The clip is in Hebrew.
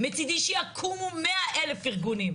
מצידי שיקומו מאה אלף ארגונים,